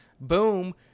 boom